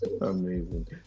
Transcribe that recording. amazing